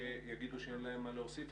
שגידו שאין להם מה להוסיף,